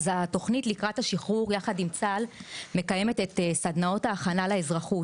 התוכנית לקראת השחרור יחד עם צה"ל מקיימת את סדנאות ההכנה לאזרחות